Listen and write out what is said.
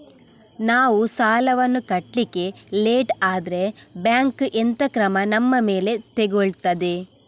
ನಾವು ಸಾಲ ವನ್ನು ಕಟ್ಲಿಕ್ಕೆ ಲೇಟ್ ಆದ್ರೆ ಬ್ಯಾಂಕ್ ಎಂತ ಕ್ರಮ ನಮ್ಮ ಮೇಲೆ ತೆಗೊಳ್ತಾದೆ?